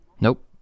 Nope